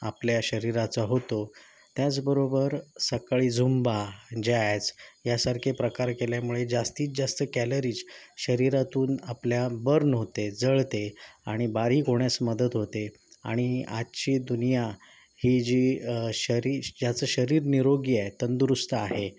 आपल्या शरीराचा होतो त्याचबरोबर सकाळी झुंबा जॅज यासारखे प्रकार केल्यामुळे जास्तीत जास्त कॅलरीज शरीरातून आपल्या बर्न होते जळते आणि बारीक होण्यास मदत होते आणि आजची दुनिया ही जी शरी ज्याचं शरीर निरोगी आहे तंदुरुस्त आहे